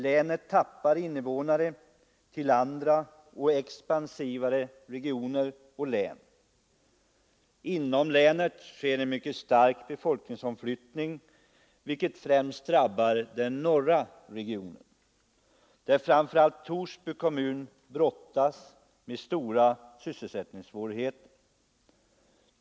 Länet ”tappar” invånare till andra och expansivare regioner och län. Inom länet sker en mycket stark befolkningsomflyttning, vilket främst drabbar den norra regionen, där framför allt Torsby kommun brottas med stora sysselsättningssvårigheter.